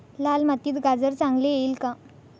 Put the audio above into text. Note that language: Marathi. लाल मातीत गाजर चांगले येईल का?